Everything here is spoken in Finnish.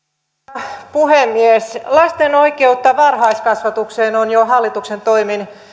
arvoisa puhemies lasten oikeutta varhaiskasvatukseen on jo hallituksen toimin